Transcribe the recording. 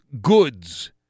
goods